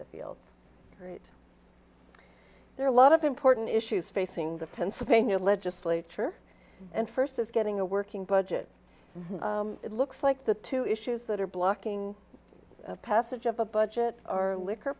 fields there are a lot of important issues facing the pennsylvania legislature and first is getting a working budget it looks like the two issues that are blocking passage of a budget or liquor